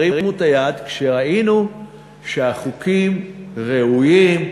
הרימו את היד כשראינו שהחוקים ראויים,